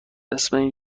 اسم